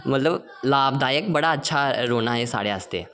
मतलब लाभदायक मतलब बड़ा अच्छा रौह्ना ऐ साढ़े आस्तै